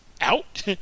out